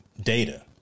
data